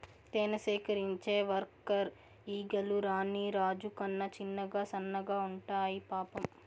తేనె సేకరించే వర్కర్ ఈగలు రాణి రాజు కన్నా చిన్నగా సన్నగా ఉండాయి పాపం